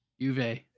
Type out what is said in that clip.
Juve